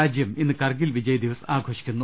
രാജ്യം ഇന്ന് കർഗിൽ വിജയദിവസ് ആഘോഷിക്കുന്നു